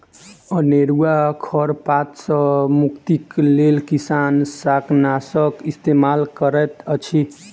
अनेरुआ खर पात सॅ मुक्तिक लेल किसान शाकनाशक इस्तेमाल करैत अछि